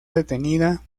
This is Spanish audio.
detenida